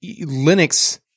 Linux